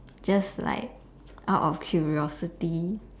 just like out of curiosity